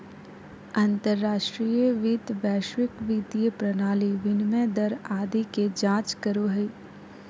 अंतर्राष्ट्रीय वित्त वैश्विक वित्तीय प्रणाली, विनिमय दर आदि के जांच करो हय